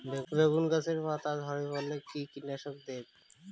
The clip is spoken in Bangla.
বেগুন গাছের পস্তা ঝরে পড়ছে কি কীটনাশক দেব?